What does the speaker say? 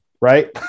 right